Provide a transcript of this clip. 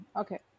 okay